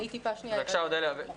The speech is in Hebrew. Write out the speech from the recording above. בבקשה אודליה.